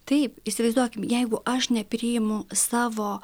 taip įsivaizduokim jeigu aš nepriimu savo